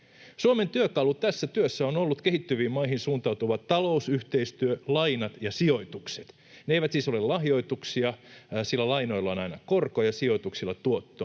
Suomen työkalu tässä työssä on ollut kehittyviin maihin suuntautuva talousyhteistyö, lainat ja sijoitukset. Ne eivät siis ole lahjoituksia, sillä lainoilla on aina korko ja sijoituksilla tuotto-odotus.